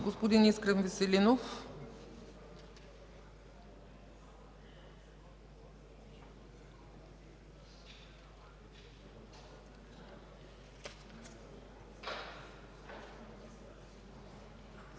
Господин Искрен Веселинов.